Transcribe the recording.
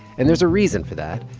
and there's a reason for that.